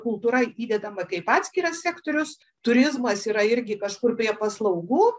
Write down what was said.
kultūra įdedama kaip atskiras sektorius turizmas yra irgi kažkur prie paslaugų